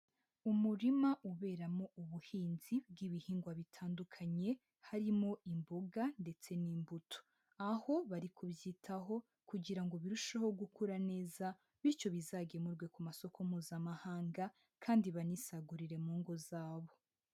Umurima uberamo ubuhinzi bw'ibihingwa bitandukanye harimo imboga ndetse n'imbuto, aho bari kubyitaho kugira ngo birusheho gukura neza bityo bizagemurwe ku masoko mpuzamahanga kandi banisagurire mu ngo zabo.